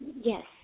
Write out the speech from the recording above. Yes